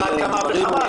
על אחת כמה וכמה.